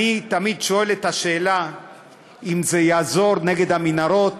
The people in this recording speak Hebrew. אני תמיד שואל אם זה יעזור נגד המנהרות